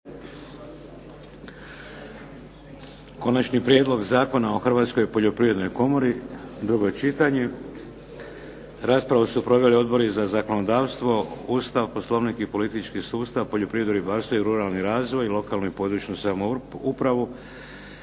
Konačni prijedlog Zakona o Hrvatskoj poljoprivrednoj komori, drugo čitanje, P.Z. br. 171; Raspravu su proveli Odbori za zakonodavstvo, Ustav, Poslovnik i politički sustav, poljoprivredu, ribarstvo i ruralni razvoj, lokalnu i područnu samoupravu.